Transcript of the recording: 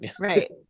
right